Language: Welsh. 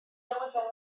newyddion